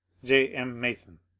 j. m. mason.